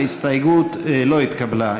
ההסתייגות לא התקבלה.